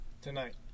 tonight